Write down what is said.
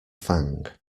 fang